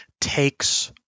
takes